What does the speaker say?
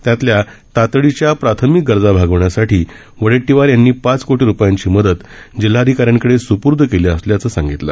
त्यातल्या तातडीच्या प्राथमिक गरजा भागवण्यासाठी वडेट्टीवर यांनी पाच कोटीं रूपयांची मदत जिल्हाधिकाऱ्यांकडे सुपूर्द केली असल्याचं सांगितलं